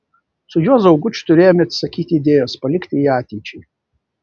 su juozu augučiu turėjome atsisakyti idėjos palikti ją ateičiai